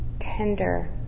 tender